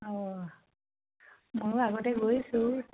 অঁ ময়ো আগতে গৈছোঁ